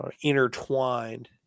intertwined